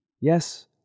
Yes